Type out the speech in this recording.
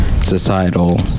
societal